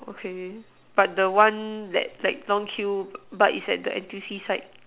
okay but the one that like long queue but is at the N_T_U_C side